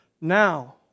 now